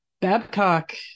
Babcock